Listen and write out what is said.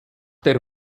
der